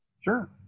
Sure